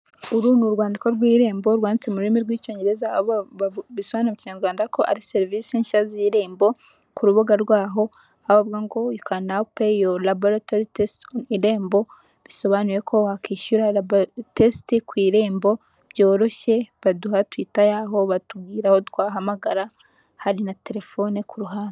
Uru ni urwandiko rw'irembo rwanditse mu rurimi rw'icyongereza bisobanuye mu kinyarwanda ko ari serivisi nshya z'irembo ku rubuga rwaho ahavuga ngo you can now pay your laboratory test on Irembo bisobanuye ko wakwishyura labotest ku irembo byoroshye baduha twitter yaho batubwira aho twahamagara hari na telefone ku ruhande.